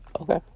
Okay